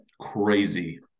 crazy